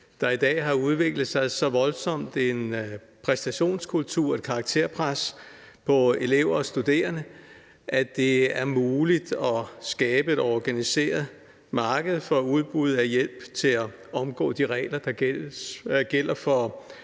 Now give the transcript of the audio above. der i dag har udviklet sig så voldsom en præstationskultur, et karakterpres på elever og studerende, at det er muligt at skabe et organiseret marked for udbud af hjælp til at omgå de regler, der gælder for